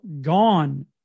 gone